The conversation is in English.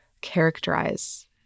characterize